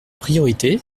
priorité